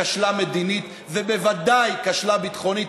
כשלה מדינית ובוודאי כשלה ביטחונית,